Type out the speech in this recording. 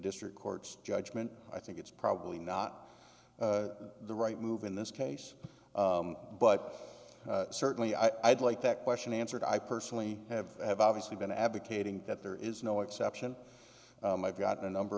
district court's judgment i think it's probably not the right move in this case but certainly i'd like that question answered i personally have have obviously been advocating that there is no exception i've got a number